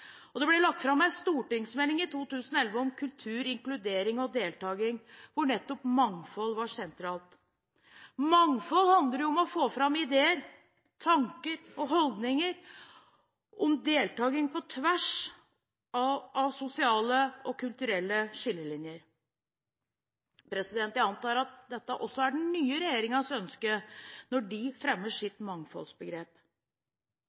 og det ble lagt fram en stortingsmelding i 2011 om kultur, inkludering og deltaking, hvor nettopp mangfold var sentralt. Mangfold handler om å få fram ideer, tanker og holdninger, om deltaking på tvers av sosiale og kulturelle skillelinjer. Jeg antar at dette også er den nye regjeringens ønske når de fremmer